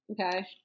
Okay